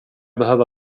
behöva